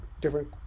different